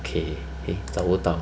okay eh 找不到